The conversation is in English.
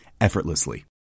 effortlessly